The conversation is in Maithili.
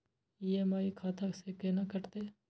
ई.एम.आई खाता से केना कटते?